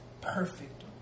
perfect